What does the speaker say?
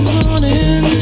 morning